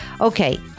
Okay